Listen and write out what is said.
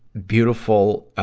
beautiful,